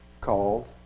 called